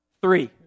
three